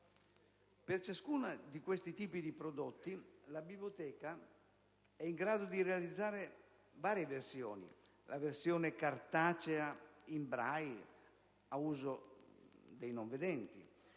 Per ciascuno di questi tipi di prodotti, la biblioteca è in grado di realizzare varie versioni: la versione cartacea in Braille ad uso dei non vedenti;